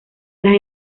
las